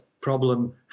problem